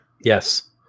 Yes